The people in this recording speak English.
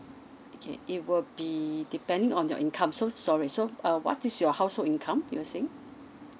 okay it will be depending on your income so sorry so uh what is your household income you're saying